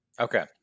Okay